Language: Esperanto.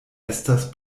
estas